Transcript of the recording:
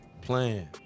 playing